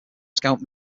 scout